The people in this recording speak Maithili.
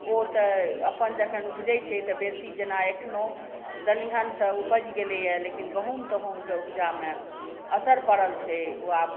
ओ तऽ अपन जखन उपजैत छै तऽ बेसी जेना एखनो दलिहन तऽ उपजि गेलैए लेकिन गहूम तहूमके उपजामे असर पड़ल छै ओ आब